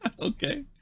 Okay